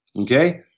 okay